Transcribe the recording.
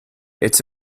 it’s